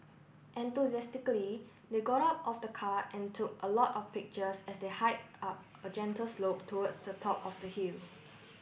enthusiastically they got out of the car and took a lot of pictures as they hiked up a gentle slope towards the top of the hill